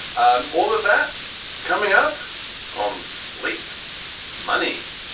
um all of that coming up on slate money.